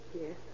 Yes